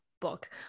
book